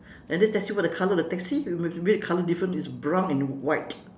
and this taxi what the colour of the taxi maybe the colour different is brown and white